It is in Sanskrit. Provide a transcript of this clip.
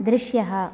दृश्यः